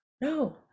No